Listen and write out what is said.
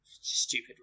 stupid